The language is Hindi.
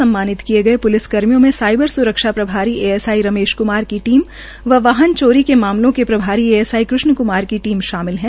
सम्मानित कियेगये प्लिस कर्मियों में साईबर स्रक्षा प्रभारी एएसआई रमेश क्मार की टीम व वाहन चोरी के मामलों के प्रभारी एएसआई कृष्ण क्मार की टीम शामिल है